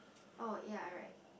orh ya ah right